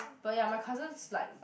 but ya my cousin's like